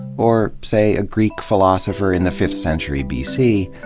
or, say, a greek philosopher in the fifth century b c,